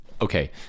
Okay